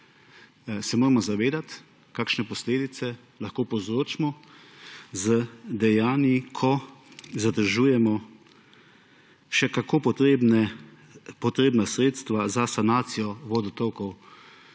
se moramo zavedati, kakšne posledice lahko povzročimo z dejanji, ko zadržujemo še kako potrebna sredstva za sanacijo vodotokov,